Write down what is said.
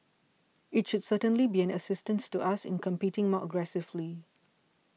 it should certainly be an assistance to us in competing more aggressively